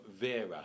Vera